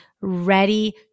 ready